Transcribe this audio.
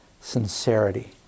Sincerity